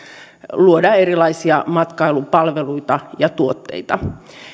luoda erilaisia matkailupalveluita ja tuotteita